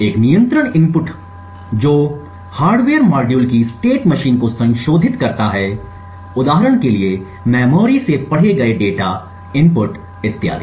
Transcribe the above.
एक नियंत्रण इनपुट जो हार्डवेयर मॉड्यूल की सटेट मशीन को संशोधित करता है उदाहरण के लिए मेमोरी से पढ़े गए डेटा इनपुट इत्यादि